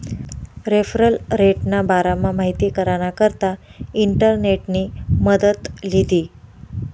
referral रेटना बारामा माहिती कराना करता इंटरनेटनी मदत लीधी